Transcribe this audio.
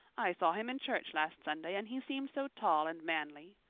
i saw him in church last sunday and he seemed so tall and manly.